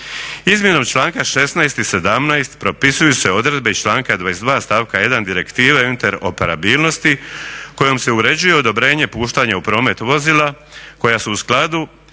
Izmjenom članka 16. i 17. propisuju se odredbe i članka 22. stavka 1. Direktive interoperabilnosti kojom se uređuje odobrenje puštanja u promet vozila koja su u skladu